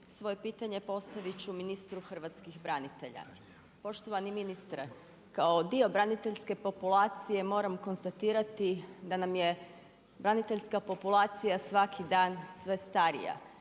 Svoje pitanje postavit ću ministru hrvatskih branitelja. Poštovani ministre, kao dio braniteljske populacije, moram konstatirati, da nam je braniteljska populacija, svaki dan sve starija.